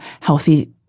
healthy